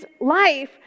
life